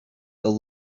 the